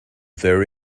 their